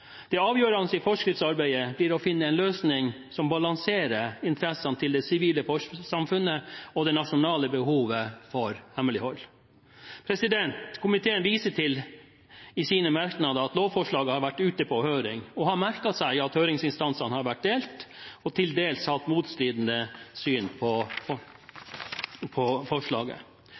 Det avgjørende i forskriftsarbeidet blir å finne en løsning som balanserer interessene til det sivile samfunnet og det nasjonale behovet for hemmelighold. Komiteen viser til i sine merknader at lovforslaget har vært ute på høring, og har merket seg at høringsinstansene har vært delt og hatt til dels motstridende syn på forslaget.